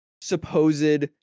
supposed